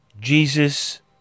Jesus